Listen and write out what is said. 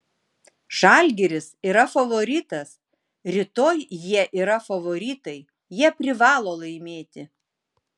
žalgiris yra favoritas rytoj jie yra favoritai jie privalo laimėti